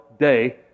day